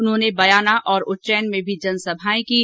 उन्होंने बयाना और उच्चैन में भी जनसभाएं कीं